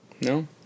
No